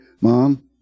Mom